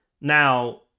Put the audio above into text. now